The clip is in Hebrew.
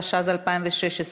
התשע"ז 2016,